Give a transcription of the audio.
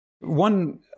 One